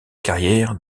carrière